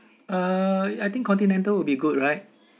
uh I think continental will be good right